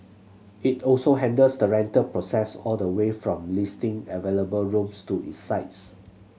it also handles the rental process all the way from listing available rooms to its sites